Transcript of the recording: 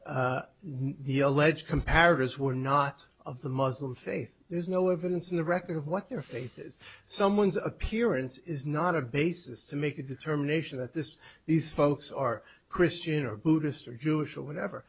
comparatives were not of the muslim faith there's no evidence in the record of what their faith is someone's appearance is not a basis to make a determination that this these folks are christian or buddhist or jewish or whatever